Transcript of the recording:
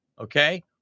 okay